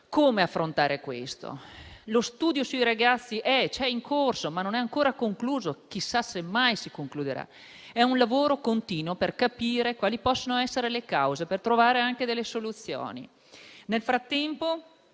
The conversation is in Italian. Come affrontare tutto questo? È in corso uno studio sui ragazzi, ma non è ancora concluso e chissà se mai si concluderà. È un lavoro continuo per capire quali possano essere le cause per trovare delle soluzioni. Nel frattempo,